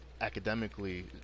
academically